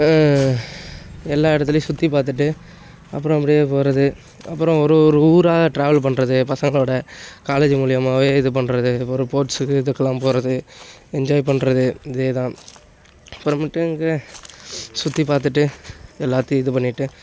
எல்லா இடத்துலையும் சுற்றி பார்த்துட்டு அப்புறம் அப்படியே போகிறது அப்புறம் ஒரு ஒரு ஊராக ட்ராவல் பண்ணுறது பசங்களோடு காலேஜு மூலிமாவே இது பண்ணுறது இது மாதிரி ஸ்போர்ட்ஸுக்கு இதுக்குலாம் போகிறது என்ஜாய் பண்ணுறது இதே தான் அப்பறமேட்டுக்கு சுற்றி பார்த்துட்டு எல்லாத்தேயும் இது பண்ணிகிட்டு